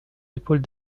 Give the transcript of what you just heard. épaules